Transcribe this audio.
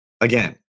again